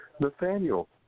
Nathaniel